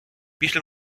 після